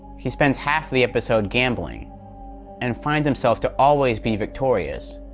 he spends half the episode gambling and find himself to always be victorious.